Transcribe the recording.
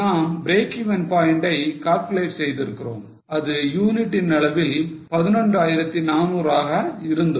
நாம் breakeven point ஐ calculate செய்து இருந்தோம் அது யூனிட்டின் அளவில் 11400 ஆக இருந்தது